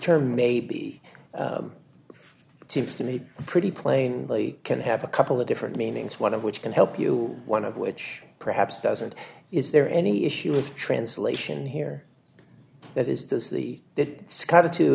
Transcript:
term maybe it seems to me pretty plainly can have a couple of different meanings one of which can help you one of which perhaps doesn't is there any issue with translation here that is this the it kind of t